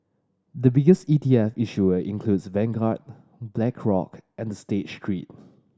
the biggest E T F issuers include Vanguard Black Rock and State Street